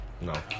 No